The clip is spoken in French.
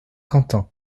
quentin